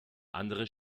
andere